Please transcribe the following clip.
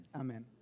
Amen